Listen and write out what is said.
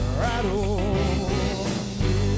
rattle